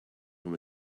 from